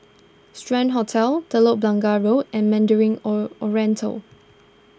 Strand Hotel Telok Blangah Road and Mandarin O Oriental